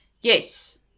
yes